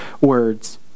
words